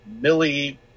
Millie